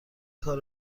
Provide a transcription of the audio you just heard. کار